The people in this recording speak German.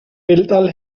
weltall